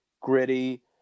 gritty